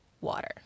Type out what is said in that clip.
water